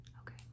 Okay